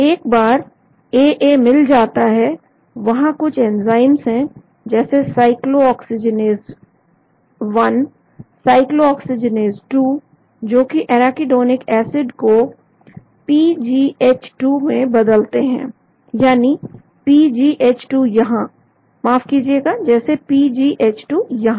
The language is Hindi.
एक बार AA मिल जाता है वहां कुछ एंजाइम्स है जैसे साइक्लोऑक्सीजनएस 1 साइक्लोऑक्सीजनएस 2 जो कि एराकीडोनिक एसिड को पीजीएच 2 में बदलते हैं यानी पीजीएच2 यहां माफ कीजिएगा जैसे पीजीएच2 यहां